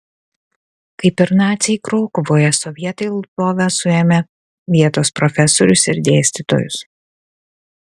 kaip ir naciai krokuvoje sovietai lvove suėmė vietos profesorius ir dėstytojus